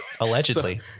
Allegedly